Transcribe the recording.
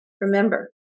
remember